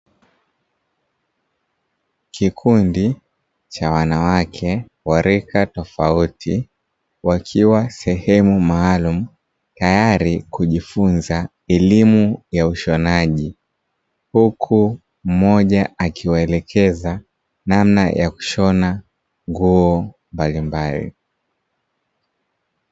Kikundi cha wanawake wa rika tofauti, wakiwa sehemu maalumu tayari kujifunza elimu ya ushonaji, huku mmoja akiwaelekeza namna ya kushona nguo mbalimbali.